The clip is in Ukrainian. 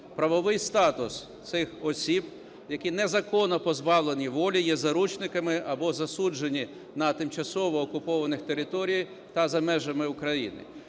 правовий статус цих осіб, які незаконно позбавлені волі, є заручниками або засуджені на тимчасово окупованих територіях та за межами України.